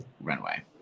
runway